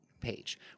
page